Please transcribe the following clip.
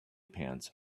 pants